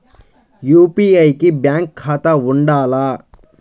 UPI కి bank ఖాతా ఉండాల?